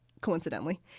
coincidentally